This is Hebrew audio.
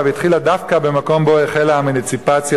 והתחילה דווקא במקום שבו החלה האמנציפציה,